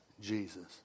Jesus